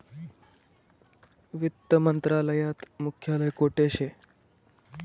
वित्त मंत्रालयात मुख्यालय कोठे शे